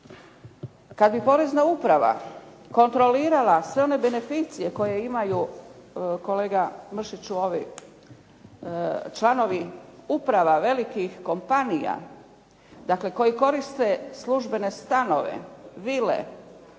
Kad bi porezna uprava kontrolirala sve one beneficije koje imaju kolega Mršiću ovi članovi uprava, velikih kompanija, dakle koji koriste službene stanove, vile,